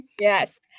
Yes